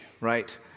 right